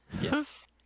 Yes